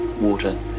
water